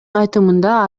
айтымында